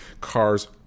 Cars